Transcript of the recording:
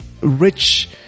rich